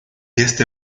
este